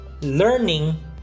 Learning